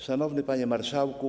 Szanowny Panie Marszałku!